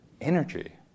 energy